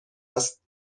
است